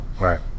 right